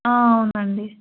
అవునండి